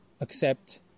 accept